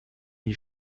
die